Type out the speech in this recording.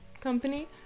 company